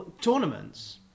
tournaments